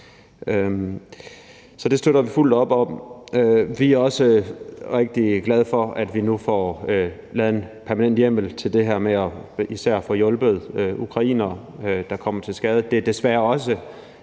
Så det støtter vi fuldt op om. Vi er også rigtig glade for, at vi nu får lavet en permanent hjemmel til det her med især at få hjulpet ukrainere, der kommer til skade. Det er desværre også